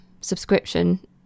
subscription